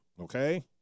okay